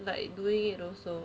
like doing it also